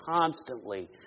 constantly